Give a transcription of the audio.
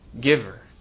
giver